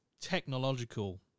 technological